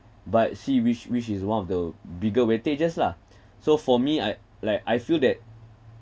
but see which which is one of the bigger weightages lah so for me I like I feel that